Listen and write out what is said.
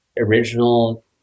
original